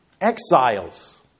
exiles